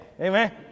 Amen